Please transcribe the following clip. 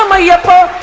um aiyappa